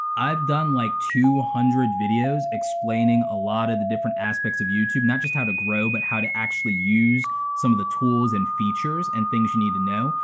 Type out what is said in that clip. i've done like two hundred videos explaining a lot of the different aspects of youtube, not just how to grow, but how to actually use some of the tools and features and things you need to know.